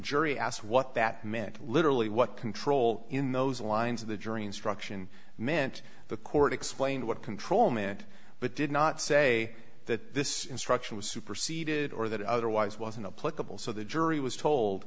jury asked what that meant literally what control in those lines of the jury instruction meant the court explained what control meant but did not say that this instruction was superseded or that otherwise was in a political so the jury was told